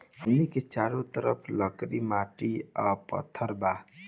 हमनी के चारो तरफ लकड़ी माटी आ पत्थर बा